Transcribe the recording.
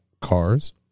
cars